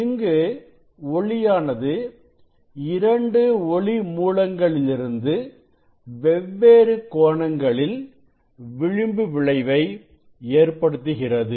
இங்கு ஒளியானது 2 ஒளி மூலங்களிலிருந்து வெவ்வேறு கோணங்களில் விளிம்பு விளைவை ஏற்படுத்துகிறது